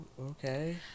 Okay